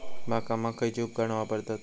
बागकामाक खयची उपकरणा वापरतत?